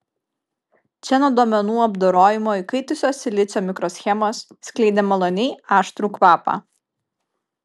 čia nuo duomenų apdorojimo įkaitusios silicio mikroschemos skleidė maloniai aštrų kvapą